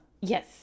Yes